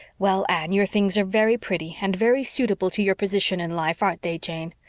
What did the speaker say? well, anne, your things are very pretty, and very suitable to your position in life, aren't they, jane?